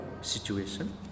situation